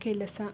ಕೆಲಸ